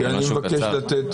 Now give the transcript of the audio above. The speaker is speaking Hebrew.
כי אני מבקש לתת